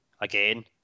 again